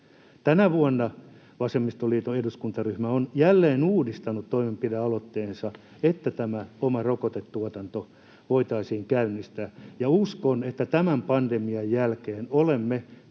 Tänä vuonna vasemmistoliiton eduskuntaryhmä on jälleen uudistanut toimenpidealoitteensa, että oma rokotetuotanto voitaisiin käynnistää, ja uskon, että tämän pandemian jälkeen olemme